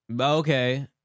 Okay